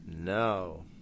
No